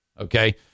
Okay